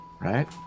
right